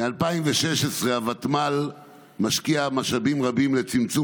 מ-2016 הוותמ"ל משקיע משאבים רבים לצמצום